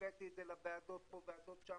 והבאתי את זה לוועדות פה, לוועדות שם,